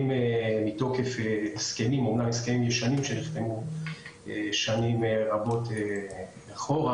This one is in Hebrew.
מתוקף הסכמים ישנים שנחתמו שנים רבות אחורה.